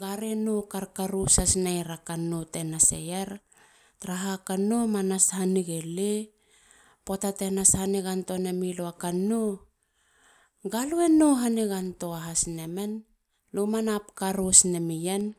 ga re nou karkaros hhas nera kannou te naseyer. taraha kannou ma nas hanigel le. poata te nas hanigantoa namilu a kannou. ga luwe nou hanigantoa has namen. lu manap karos namen.